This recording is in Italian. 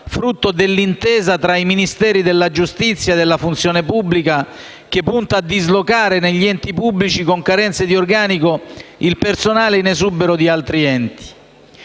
frutto dell'intesa tra il Ministero della giustizia e il dipartimento della funzione pubblica, che punta a dislocare negli enti pubblici con carenze di organico il personale in esubero di altri enti.